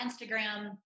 Instagram